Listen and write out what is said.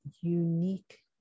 Unique